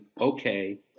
Okay